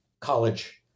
college